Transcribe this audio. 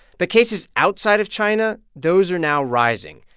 but cases outside of china those are now rising.